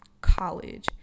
college